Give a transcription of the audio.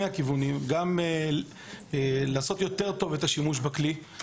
הכיוונים: גם זה יעשה את השימוש בכלי יותר טוב,